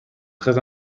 très